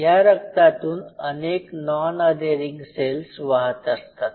या रक्तातून अनेक नॉन अधेरिंग सेल्स वाहत असतात